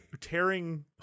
tearing